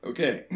Okay